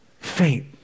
Faint